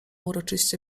uroczyście